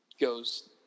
goes